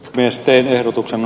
nesteen ehdotuksen